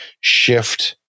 shift